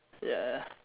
ya